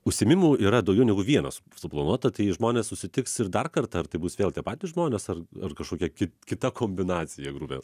užsiėmimų yra daugiau negu vienas suplanuota tai žmonės susitiks ir dar kartą ar tai bus vėl tie patys žmonės ar ar kažkokia ki kita kombinacija grupės